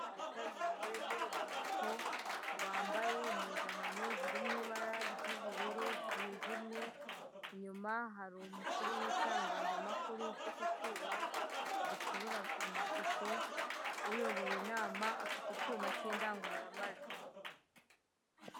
Inama yitabiriwe n'urubyiruko rwambaye impuzankano ziri mu ibara ry'ubururu bwijimye, inyuma hari umukuru w'itangazamakuru ufite icyuma gikurura amashusho, uyoboye inama afite icyuma cy'indangururamajwi.